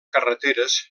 carreteres